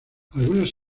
algunas